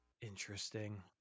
Interesting